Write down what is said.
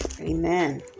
Amen